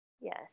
yes